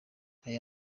aya